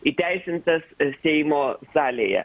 įteisintas seimo salėje